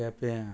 केप्यां